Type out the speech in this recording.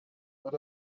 but